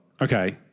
okay